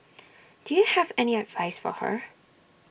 do you have any advice for her